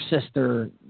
sister